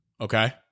Okay